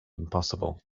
impossible